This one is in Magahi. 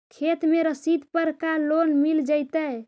खेत के रसिद पर का लोन मिल जइतै?